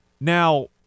Now